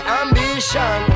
ambition